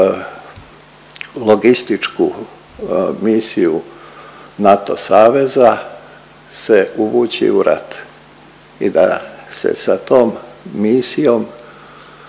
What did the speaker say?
logističku misiju NATO saveza se uvući u rat i da se sa tom misijom